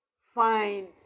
find